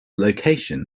location